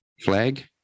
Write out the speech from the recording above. flag